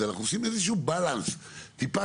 אנחנו עושים איזשהו בלנס טיפה,